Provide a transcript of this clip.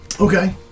Okay